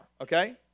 okay